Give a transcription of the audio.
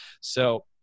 So-